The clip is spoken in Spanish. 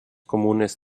comunes